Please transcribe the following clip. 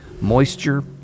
moisture